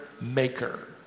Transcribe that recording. maker